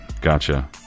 Gotcha